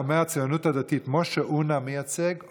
אתה אומר "הציונות הדתית" משה אונא מייצג,